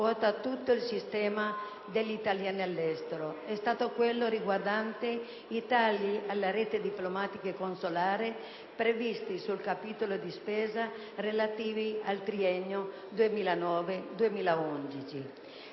al quale ruota tutto il sistema degli italiani all'estero, è stato quello dei tagli alla rete diplomatico-consolare previsti sui capitoli di spesa relativi al triennio 2009-2011.